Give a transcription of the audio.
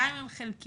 גם אם הם חלקיים,